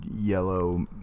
yellow